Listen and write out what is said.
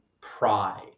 pride